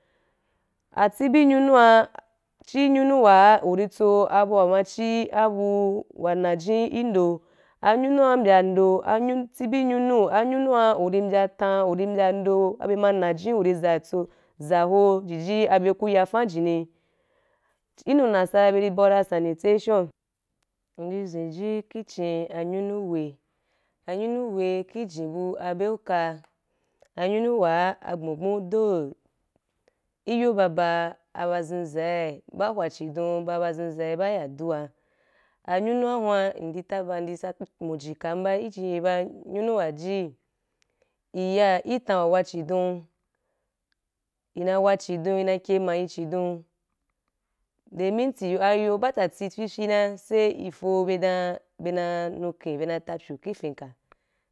Atsibi nyunu chi nyunu wa u ri tso abu wa ma chi abu wa na jen i ndo anyunu wa mbya ando anyun atsibi nyunu anyunua u ri mbya tan u ri mbya ando a bye mana vem u ri za cho zaho jivi abye ku yafan jinni ki nu nasara be ri bawu dan ra “sanitation” indi zen ji ki chin nyunu we anyunu we ki jen bu bye uka anyunu we a nyunu wa gbou gbom do i yobaba a bazhenzhai ba hwa chidon ba bazhenzhai ba ya aduar anyunun indi taba muji kam ba tsaka muji kam ba i ji ye ba anyunu aji in ya ki tan wa waa chidon i na ri kye ma yi chidon nde minti ayo batali fyifyi numa sai i foo bye dan bye na nu aken bye na ri ta apyu ki finka.